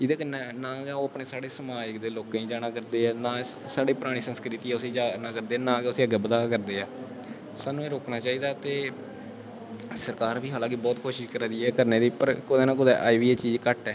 एह्दे कन्नै नां गै ओह् साढ़े समाज़ दे लोकें गी जाना करदे ऐ नां साढ़ी परानी संस्कृति ऐ उसी जाना करदे न नां उसी अग्गै बदा करदे ऐ साह्नू एह् रोकना चाही दा ते सरकार बी हालांकि बड़ी कोशिश करा दी ऐ करने दी ऐ पर अजैं बी कुतै ना कुतै एह् चीज़ घट्ट ऐ